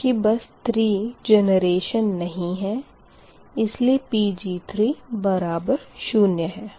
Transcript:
चूँकि बस 3 जनरेशन नही इसलिए Pg3 बराबर शून्य है